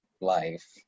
life